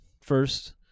first